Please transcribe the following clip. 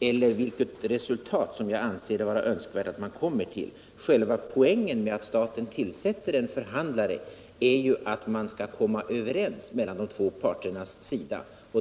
eller vilket resultat som jag anser det vara önskvärt att man uppnår. Själva poängen med att staten tillsätter en förhandlare är ju att man skall komma överens mellan de två parterna.